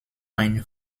ein